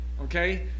Okay